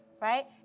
right